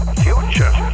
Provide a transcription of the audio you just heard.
future